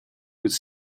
could